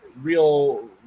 real